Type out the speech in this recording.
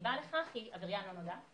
הסיבה לכך היא עבריין לא נודע.